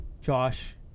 Josh